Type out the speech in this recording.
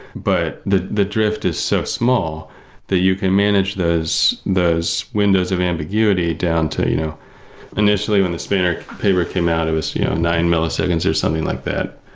but the the drift is so small that you can manage those those windows of ambiguity down to you know initially, when the spanner paper came out, it was nine milliseconds or something like that.